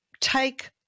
take